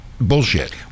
bullshit